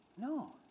No